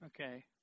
Okay